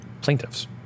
plaintiffs